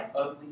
Ugly